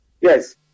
Yes